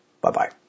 Bye-bye